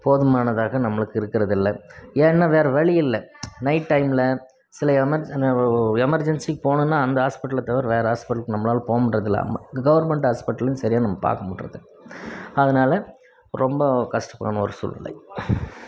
போதுமானதாக நம்மளுக்கு இருக்கிறது இல்லை ஏன்னா வேறு வழி இல்லை நைட் டைமில் சில எமர் எமெர்ஜென்சிக்கு போணும்னா அந்த ஹாஸ்பிட்டலில் தவிர வேறு ஹாஸ்பிட்டலுக்கு நம்மளால் போ முடிகிறது இல்லை கவர்மெண்ட் ஹாஸ்பிட்டல் சரியாக நம்ம பார்க்க மாட்றது அதனால ரொம்ப கஷ்டமான ஒரு சூழ்நிலை